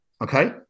okay